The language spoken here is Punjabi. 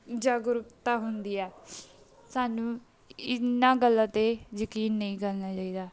ਜਾਗਰੂਕਤਾ ਹੁੰਦੀ ਆ ਸਾਨੂੰ ਇਹਨਾਂ ਗੱਲਾਂ 'ਤੇ ਯਕੀਨ ਨਹੀਂ ਕਰਨਾ ਚਾਹੀਦਾ